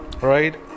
right